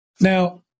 Now